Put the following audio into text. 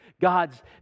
God's